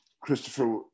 Christopher